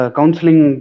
Counseling